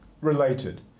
related